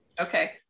Okay